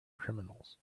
criminals